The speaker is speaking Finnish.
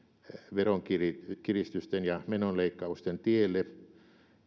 veronkiristysten ja menoleikkausten tielle